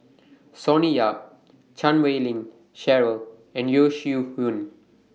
Sonny Yap Chan Wei Ling Cheryl and Yeo Shih Yun